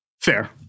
Fair